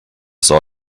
saw